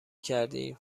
کردی